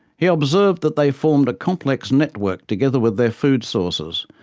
he observed that they formed a complex network together with their food sources,